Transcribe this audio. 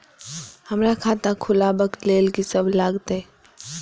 हमरा खाता खुलाबक लेल की सब लागतै?